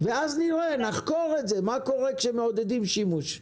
ואז נראה, נחקור את זה, מה קורה כשמעודדים שימוש.